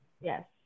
yes